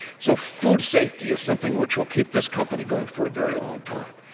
so food safety is something which will keep this company going for a very long time.